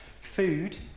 food